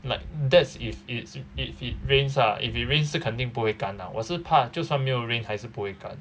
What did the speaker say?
like that's if it's if it rains ah if it rains 是肯定不会干 ah 我是怕就算没有 rain 还是不会干